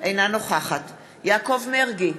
אינה נוכחת יעקב מרגי,